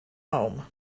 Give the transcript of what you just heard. home